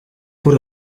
voor